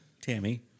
Tammy